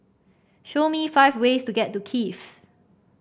show me five ways to get to Kiev